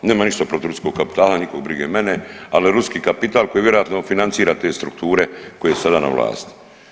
Nemam ništa protiv ruskog kapitala nikog brige mene, ali ruski kapital koji vjerojatno financira te strukture koje su sada na vlasti.